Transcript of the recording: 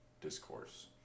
discourse